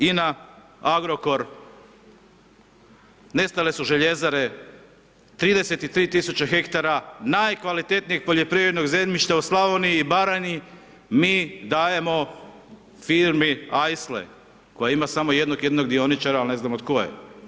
INA, Agrokor, nestale su željezare, 33 tisuće hektara, najkvalitetnijeg poljoprivrednog zemljišta u Slavoniji i Baranji, mi dajemo firmi ajsle, koja ima samo jednog jedinog dioničara ali ne znamo tko je.